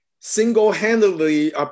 Single-handedly